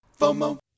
FOMO